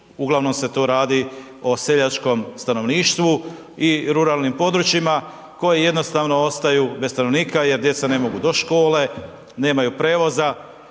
Uglavnom se to radi o seljačkom stanovništvu i ruralnim područjima, koji jednostavno ostaju bez stanovnika jer djeca ne mogu do škole, nemaju prijevoza,